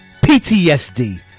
PTSD